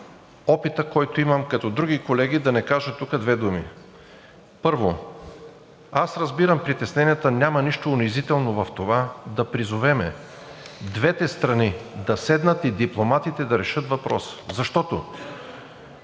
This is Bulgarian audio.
опитът, който имам, като други колеги, да не кажа тук две думи. Първо, аз разбирам притесненията, няма нищо унизително в това да призовем двете страни да седнат и дипломатите да решат въпроса, защото